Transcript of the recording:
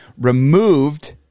removed